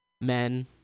Men